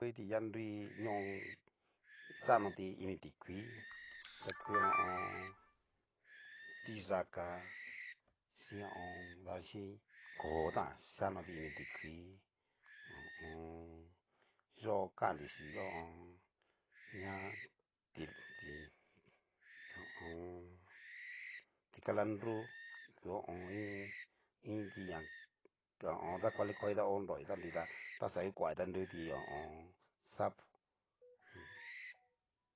Kui kiti ña nrui ñó xanoti ini tikuii, taku ho o on. tiyaka chin ho o on. davaxhichi koo tán, chianoti ini tikuii ho o on. yo kannri kinti ho o on. ña ti ti ho o on. tikalanru ho o on. inti ña ta kuali uali ti a hó nroti nrita taxa kukoati ta nruti ho o on. sapo mmm.